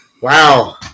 Wow